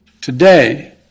Today